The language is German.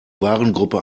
warengruppe